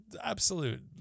absolute